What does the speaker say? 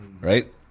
right